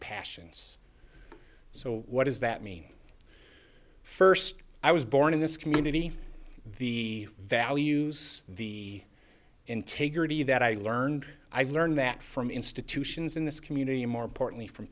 passions so what does that mean first i was born in this community the values the integrity that i learned i learned that from institutions in this community and more importantly from